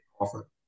offer